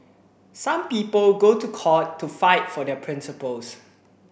some people go to court to fight for their principles